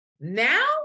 now